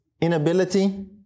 inability